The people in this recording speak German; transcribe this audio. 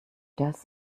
das